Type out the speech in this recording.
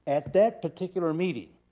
at that particular meeting,